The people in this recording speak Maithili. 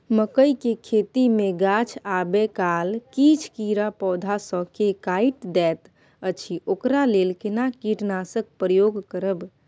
मकई के खेती मे गाछ आबै काल किछ कीरा पौधा स के काइट दैत अछि ओकरा लेल केना कीटनासक प्रयोग करब?